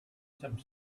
some